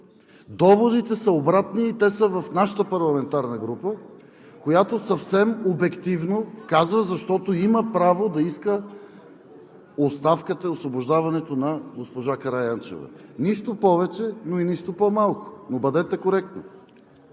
Доводите са обратни и те са в нашата парламентарна група, която съвсем обективно казва, защото има право да иска оставката и освобождаването на госпожа Караянчева. Нищо повече, но и нищо по-малко, но бъдете коректни!